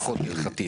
פחות הלכתית.